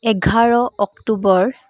এঘাৰ অক্টোবৰ